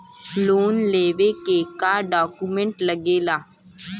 Loan लेवे के का डॉक्यूमेंट लागेला?